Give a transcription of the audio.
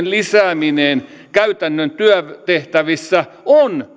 lisääminen käytännön työtehtävissä on